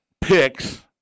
picks